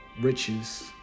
riches